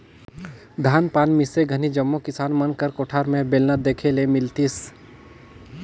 धान पान मिसे घनी जम्मो किसान मन कर कोठार मे बेलना देखे ले मिलतिस